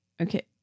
okay